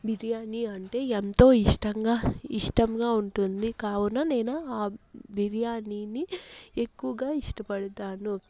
బిర్యాని అంటే ఎంతో ఇష్టంగా ఇష్టంగా ఉంటుంది కావున నేనా ఆ బిర్యానీని ఎక్కువుగా ఇష్టపడతాను